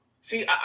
see